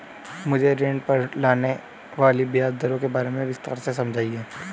मुझे ऋण पर लगने वाली ब्याज दरों के बारे में विस्तार से समझाएं